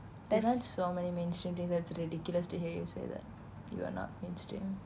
that's so many mainstream thinks that's ridiculous to hear you say that you are not mainstream